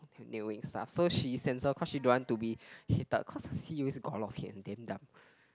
stuff so she censor cause she don't want to be hated cause her sea always got a lot of hate and damn dumb